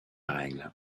règle